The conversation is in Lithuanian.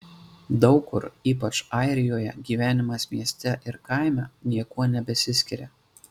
daug kur ypač airijoje gyvenimas mieste ir kaime niekuo nebesiskiria